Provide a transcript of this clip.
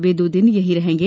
वे दो दिन यही रहेंगे